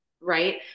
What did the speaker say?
right